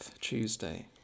Tuesday